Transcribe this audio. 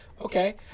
Okay